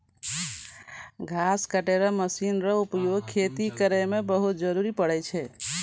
घास कटै रो मशीन रो उपयोग खेती करै मे बहुत जरुरी पड़ै छै